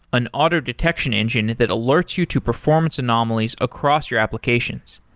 an auto-detection engine that alerts you to performance anomalies across your applications.